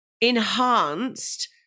enhanced